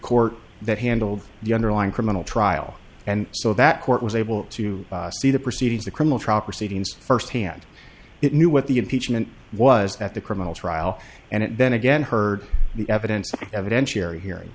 court that handled the underlying criminal trial and so that court was able to see the proceedings the criminal trial proceedings first hand it knew what the impeachment was that the criminal trial and then again heard the evidence evidence you're hearing